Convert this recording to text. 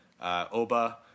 Oba